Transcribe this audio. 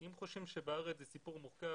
אם חושבים שבארץ זה סיפור מורכב,